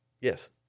Yes